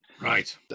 Right